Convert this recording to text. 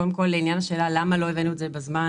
קודם כול, לעניין השאלה למה לא הבאנו את זה בזמן